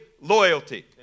loyalty